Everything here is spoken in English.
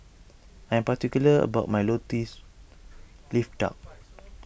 I'm particular about my Lotus Leaf Duck